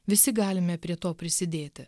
visi galime prie to prisidėti